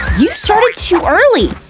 you started too early!